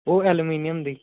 ਉਹ ਐਲੂਮੀਨੀਅਮ ਦੀ